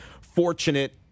fortunate